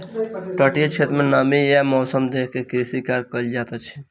तटीय क्षेत्र में नमी आ मौसम देख के कृषि कार्य कयल जाइत अछि